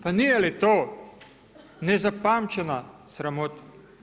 Pa nije li to nezapamćena sramota?